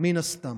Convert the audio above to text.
עד סוף